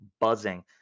buzzing